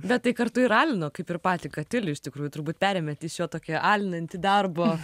bet tai kartu ir alino kaip ir patį katilių iš tikrųjų turbūt perėmėt iš jo tokį alinantį darbo